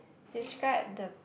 describe the